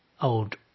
old